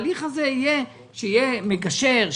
שיהיה מגשר,